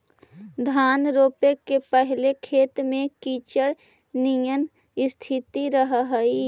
धान रोपे के पहिले खेत में कीचड़ निअन स्थिति रहऽ हइ